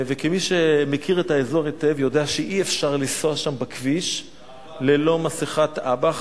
מי שמכיר את האזור היטב יודע שאי-אפשר לנסוע שם בכביש ללא מסכת אב"כ.